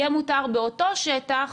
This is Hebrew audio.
יהיה מותר באותו שטח